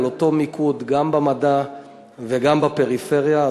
על אותו מיקוד גם במדע וגם בפריפריה.